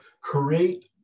create